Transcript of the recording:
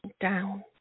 down